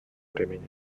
времени